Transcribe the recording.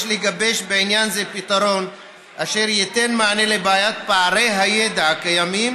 יש לגבש בעניין זה פתרון אשר ייתן מענה על בעיית פערי הידע הקיימים